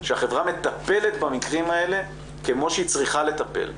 שהחברה מטפלת במקרים האלה כמו שהיא צריכה לטפל,